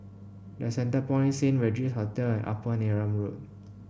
The Centrepoint Saint Regis Hotel and Upper Neram Road